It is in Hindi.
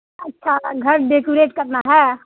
अच्छा घर डेकुरेट करना है